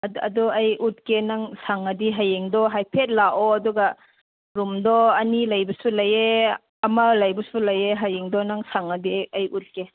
ꯑꯗꯨ ꯑꯩ ꯎꯠꯀꯦ ꯅꯪ ꯁꯪꯉꯗꯤ ꯍꯌꯦꯡꯗꯣ ꯍꯥꯏꯐꯦꯠ ꯂꯥꯛꯑꯣ ꯑꯗꯨꯒ ꯔꯨꯝꯗꯣ ꯑꯅꯤ ꯂꯩꯕꯁꯨ ꯂꯩꯌꯦ ꯑꯃ ꯂꯩꯕꯁꯨ ꯂꯩꯌꯦ ꯍꯌꯦꯡꯗꯣ ꯅꯪ ꯁꯪꯉꯗꯤ ꯑꯩ ꯎꯠꯀꯦ